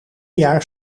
jaar